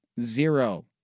Zero